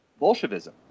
Bolshevism